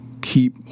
keep